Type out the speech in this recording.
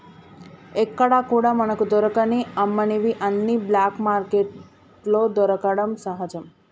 ఎక్కడా కూడా మనకు దొరకని అమ్మనివి అన్ని బ్లాక్ మార్కెట్లో దొరకడం సహజం